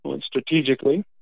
strategically